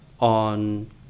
on